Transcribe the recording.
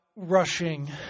Rushing